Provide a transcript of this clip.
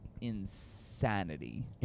insanity